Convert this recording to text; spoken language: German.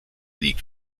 league